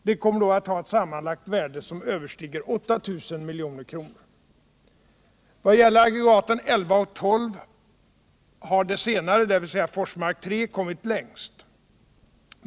De kommer då att ha ett sammanlagt värde som överstiger 8 000 milj.kr. Vad gäller aggregaten 11 och 12 har det senare, dvs. Forsmark 3, kommit längst.